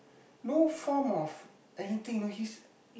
no form of anything you know he's